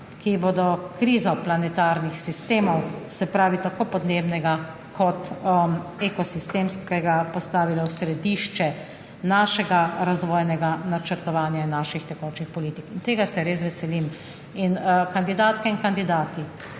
ki bodo krizo planetarnih sistemov, tako podnebnega kot ekosistemskega, postavile v središče našega razvojnega načrtovanja in naših tekočih politik. Tega se res veselim. Kandidatke in kandidati